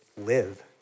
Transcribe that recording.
live